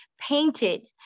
painted